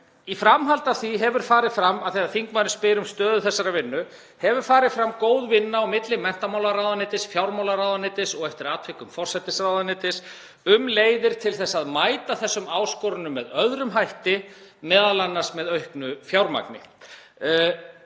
Í framhaldi af því, af því að þingmaðurinn spyr um stöðu þessarar vinnu, hefur farið fram góð vinna milli menntamálaráðuneytis, fjármálaráðuneytis og eftir atvikum forsætisráðuneytis um leiðir til að mæta þessum áskorunum með öðrum hætti, m.a. með auknu fjármagni.